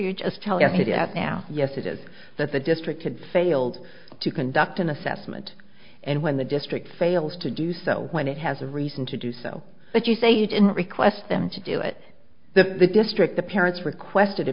you just tell your p d f now yes it is that the district had failed to conduct an assessment and when the district fails to do so when it has a reason to do so but you say you didn't request them to do it that the district the parents requested a